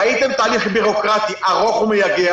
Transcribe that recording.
ראיתם תהליך ביורוקרטי ארוך ומייגע.